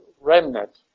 remnant